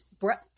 breath